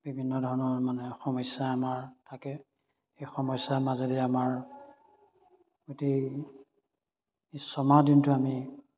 বিভিন্ন ধৰণৰ মানে সমস্যা আমাৰ থাকে সেই সমস্যাৰ মাজেৰে আমাৰ গোটেই ছমাহ দিনটো আমি